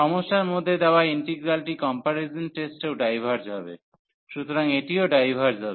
সমস্যার মধ্যে দেওয়া ইন্টিগ্রালটি কম্পারিজন টেস্টেও ডাইভার্জ হবে সুতরাং এটিও ডাইভার্জ হবে